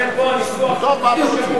לכן פה הניסוח הוא שגוי.